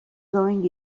going